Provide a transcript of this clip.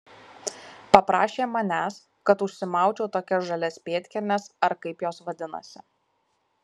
paprašė manęs kad užsimaučiau tokias žalias pėdkelnes ar kaip jos vadinasi